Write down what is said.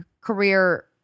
career